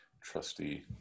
trusty